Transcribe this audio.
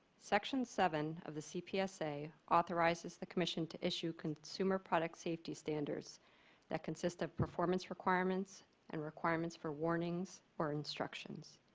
section seven of the cpsa authorizes the commission to issue consumer product safety standards that consist of performance requirements and requirements for warnings or instructions.